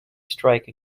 strike